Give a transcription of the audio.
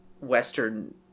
western